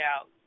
out